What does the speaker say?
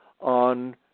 on